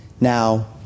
Now